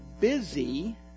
busy